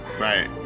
Right